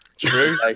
True